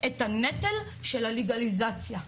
את הנטל של הלגליזציה,